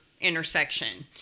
intersection